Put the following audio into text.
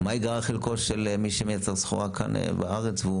מה ייגרע חלקו של מי שמייצר סחורה כאן בארץ והוא